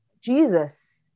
Jesus